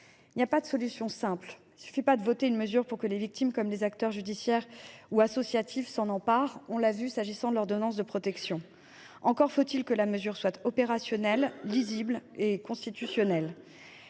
Il n’y a pas de solution simple. Il ne suffit pas d’adopter une mesure pour que les victimes et les acteurs judiciaires et associatifs s’en emparent ; on l’a vu avec l’ordonnance de protection. Encore faut il en effet que la mesure soit opérationnelle, lisible, constitutionnelle.